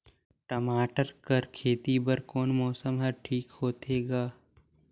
टमाटर कर खेती बर कोन मौसम हर ठीक होथे ग?